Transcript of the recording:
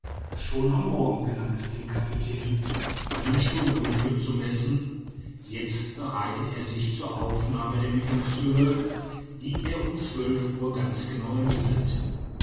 schon am morgen gelang es dem kapitän einen stundenwinkel zu messen jetzt bereitet er sich zur aufnahme der mittagshöhe die er um uhr ganz genau ermittelt